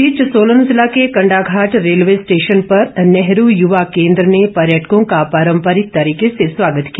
इस बीच सोलन जिला के कण्डाघाट रेलवे स्टेशन पर नेहरू युवा केंद्र ने पर्यटकों का पारंपरिक तरीके से स्वागत किया